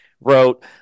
wrote